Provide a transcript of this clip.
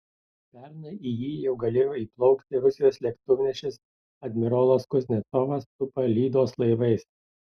pernai į jį jau galėjo įplaukti rusijos lėktuvnešis admirolas kuznecovas su palydos laivais